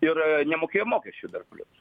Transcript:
ir nemokėjo mokesčių dar plius